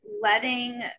letting